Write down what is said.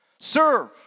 Serve